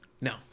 No